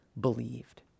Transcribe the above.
believed